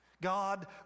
God